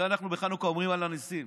הרי אנחנו בחנוכה אומרים "על הניסים",